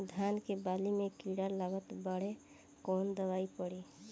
धान के बाली में कीड़ा लगल बाड़े कवन दवाई पड़ी?